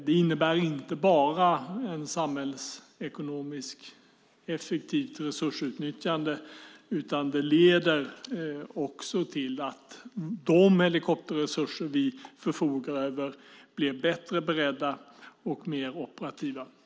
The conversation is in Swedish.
Det innebär inte bara ett samhällsekonomiskt effektivt resursutnyttjande, utan det leder också till att de helikopterresurser vi förfogar över blir bättre beredda och mer operativa.